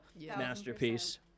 Masterpiece